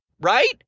right